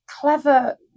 clever